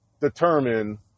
determine